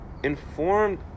informed